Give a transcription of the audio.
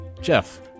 Jeff